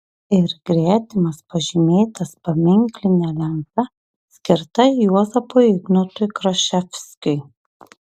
ir gretimas pažymėtas paminkline lenta skirta juozapui ignotui kraševskiui